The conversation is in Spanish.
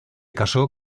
casó